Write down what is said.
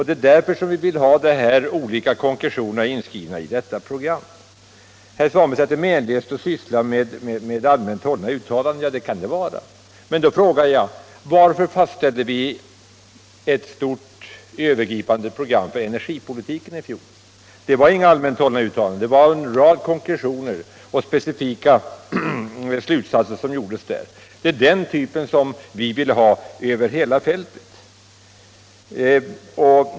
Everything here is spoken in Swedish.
Det är därför vi vill ha dessa olika konkretioner inskrivna i detta näringspolitiska program. Herr Svanberg säger att det är meningslöst att syssla med allmänt hållna uttalanden. Det kan det vara. Men då frågar jag: Varför fastställde vi ett stort, övergripande program för energipolitiken i fjol? Det var inga allmänt hållna uttalanden. Det var en rad konkretioner och specifika slutsatser som gjordes där. Det är något liknande detta som vi vill ha över hela fältet.